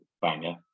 banger